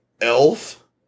elf